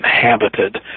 inhabited